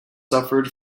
suffered